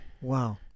Wow